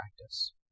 practice